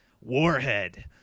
Warhead